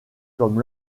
comme